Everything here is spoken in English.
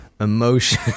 emotion